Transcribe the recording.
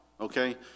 okay